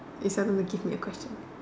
is her going to give a question